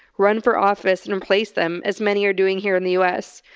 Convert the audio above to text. run for office, and replace them as many are doing here in the us.